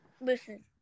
listen